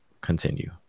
Continue